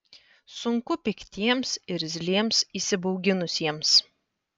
sunku piktiems irzliems įsibauginusiems